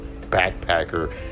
backpacker